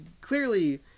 clearly